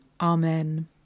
Amen